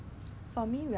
oh okay